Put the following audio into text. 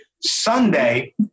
Sunday